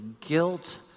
guilt